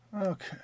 Okay